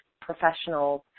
professionals